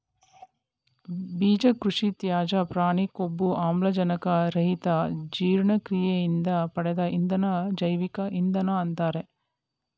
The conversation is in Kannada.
ಬೀಜ ಕೃಷಿತ್ಯಾಜ್ಯ ಪ್ರಾಣಿ ಕೊಬ್ಬು ಆಮ್ಲಜನಕ ರಹಿತ ಜೀರ್ಣಕ್ರಿಯೆಯಿಂದ ಪಡೆದ ಇಂಧನ ಜೈವಿಕ ಇಂಧನ ಅಂತಾರೆ